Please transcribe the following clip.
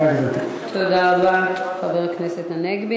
תודה, גברתי.